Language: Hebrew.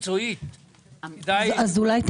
אמרה את זה מקצועית.